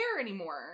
anymore